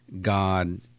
God